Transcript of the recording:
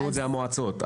את הכל בנו המועצות.